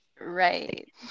Right